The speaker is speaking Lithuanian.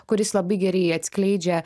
kuris labai gerai atskleidžia